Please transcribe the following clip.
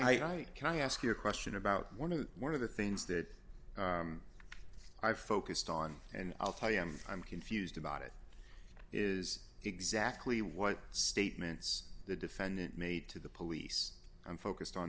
i can ask you a question about one of the one of the things that i focused on and i'll tell you i'm confused about it is exactly what statements the defendant made to the police i'm focused on